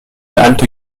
halte